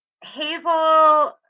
Hazel